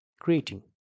creating